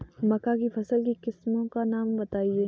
मक्का की फसल की किस्मों का नाम बताइये